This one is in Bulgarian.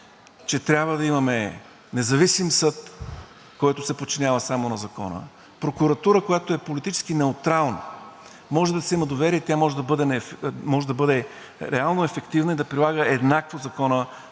че трябва да имаме независим съд, който се подчинява само на закона, прокуратура, която е политически неутрална, може да ѝ се има доверие и тя може да бъде реално ефективна и да прилага еднакво закона